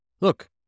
Look